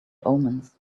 omens